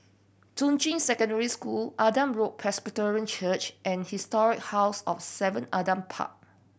Juying Secondary School Adam Road Presbyterian Church and Historic House of Seven Adam Park